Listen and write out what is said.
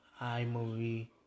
iMovie